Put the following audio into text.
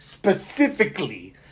specifically